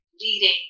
leading